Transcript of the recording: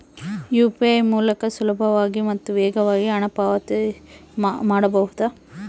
UPI ಮೂಲಕ ಸುಲಭವಾಗಿ ಮತ್ತು ವೇಗವಾಗಿ ಹಣ ಪಾವತಿ ಮಾಡಬಹುದಾ?